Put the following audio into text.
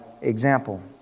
example